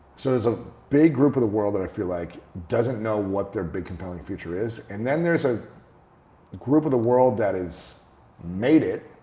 so there's a big group of the world that i feel like doesn't know what their big compelling future is and then there's a group of the world that is made it,